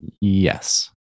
Yes